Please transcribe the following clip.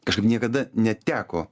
kažkaip niekada neteko